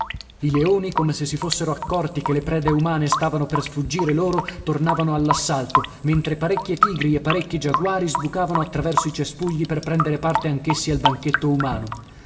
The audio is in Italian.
i leoni come se si fossero accorti che le prede umane stavano per sfuggire loro tornavano all'assalto mentre parecchie tigri e parecchi giaguari sbucavano attraverso i cespugli per prendere parte anche essi al banchetto umano